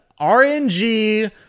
RNG